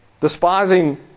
Despising